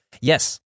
yes